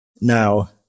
now